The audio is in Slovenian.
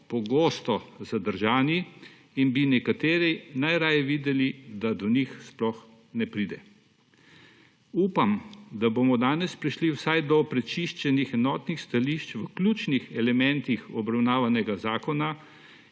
pogosto zadržani in bi nekateri najraje videli, da do njih sploh ne pride. Upam, da bomo danes prišli vsaj do prečiščenih enotnih stališč v ključnih elementih obravnavanega zakona